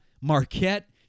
Marquette